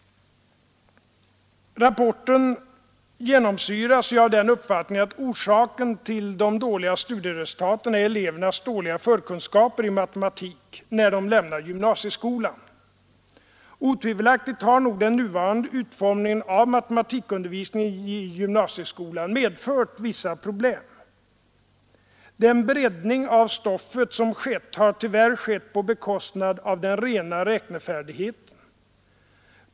Rapporten genomsyras ju av uppfattningen att orsaken till de dåliga studieresultaten är elevernas dåliga förkunskaper — alltså de kunskaper som eleverna har när de lämnar gymnasieskolan. Otvivelaktigt har den nuvarande utformningen av matematikundervisningen i gymnasieskolan medfört vissa problem. Den breddning av stoffet som skett har tyvärr skett på bekostnad av den rena räknefärdigheten.